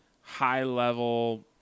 high-level